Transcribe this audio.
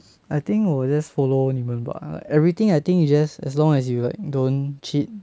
I think 我 just follow 你们吧 everything I think it's just as long as you like don't cheat